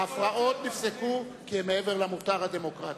ההפרעות נפסקו כי הן מעבר למותר הדמוקרטי.